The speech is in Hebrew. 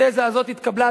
התזה הזאת התקבלה,